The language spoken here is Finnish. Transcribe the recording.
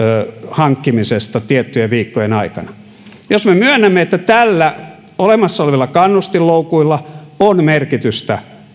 hankkimisesta tiettyjen viikkojen aikana jos me myönnämme että tällä olemassa olevilla kannustinloukuilla on merkitystä